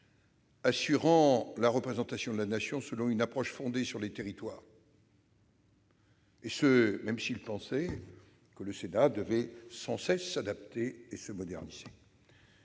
assurant la représentation de la Nation selon une approche fondée sur les territoires, et ce même s'il pensait que le Sénat devait sans cesse s'adapter et se moderniser.